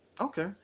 Okay